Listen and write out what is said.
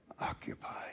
Occupy